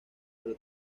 pero